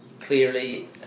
Clearly